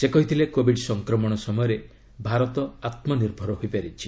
ସେ କହିଥିଲେ କୋବିଡ୍ ସଂକ୍ରମଣ ସମୟରେ ଭାରତ ଆତ୍ମନିର୍ଭର ହୋଇପାରିଛି